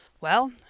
Well